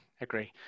agree